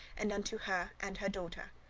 and unto her and her daughter.